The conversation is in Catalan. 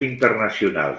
internacionals